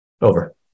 Over